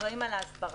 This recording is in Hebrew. אחראים על ההסברה.